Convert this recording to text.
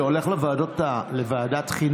זה הולך לוועדת החינוך.